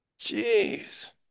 Jeez